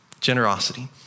Generosity